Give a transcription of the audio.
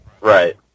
Right